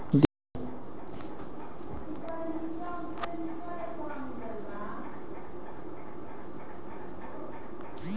दीर्घकालीन वित्त से आशय औद्योगिक उपक्रम अथवा कम्पनी की वित्तीय आवश्यकताओं से है